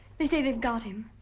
they say they've got him.